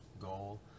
goal